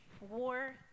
war